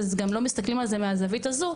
אז גם לא מסתכלים על זה מהזווית הזו,